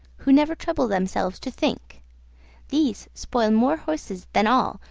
who never trouble themselves to think these spoil more horses than all,